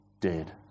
dead